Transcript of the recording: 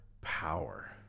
power